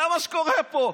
זה מה שקורה פה.